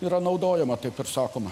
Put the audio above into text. yra naudojama taip ir sakoma